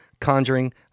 Conjuring